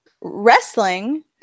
wrestling